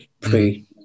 pre